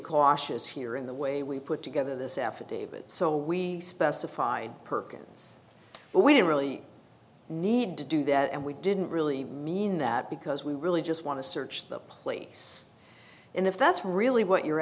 cautious here in the way we put together this affidavit so we specified perkins but we don't really need to do that and we didn't really mean that because we really just want to search the place and if that's really what you're